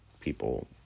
people